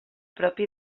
propi